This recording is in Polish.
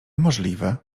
możliwe